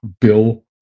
bill